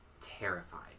terrified